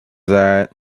that